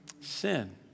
Sin